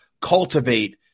cultivate